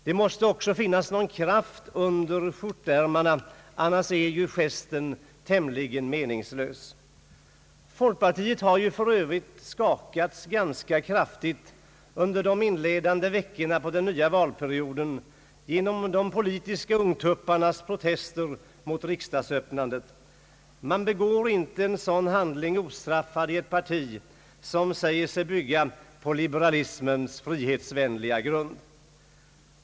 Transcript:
Det måste också finnas kraft under skjortärmarna, annars är gesten tämligen meningslös. Folkpartiet har för övrigt skakats ganska kraftigt under de inledande veckorna av den nya valperioden genom de politiska ungtupparnas protester mot riksdagens öppnande. Man begår inte en sådan handling ostraffat i ett parti som säger sig bygga på liberalismens frihetsvänliga grund.